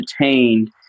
detained